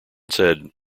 said